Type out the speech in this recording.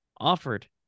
offered